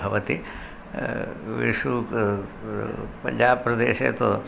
भवति विशु पञ्जाबप्रादेशे तु